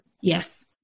Yes